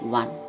one